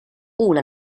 una